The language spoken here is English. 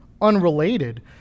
unrelated